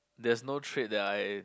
there's no trait that I